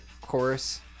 chorus